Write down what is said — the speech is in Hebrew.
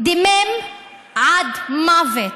דימם עד מוות,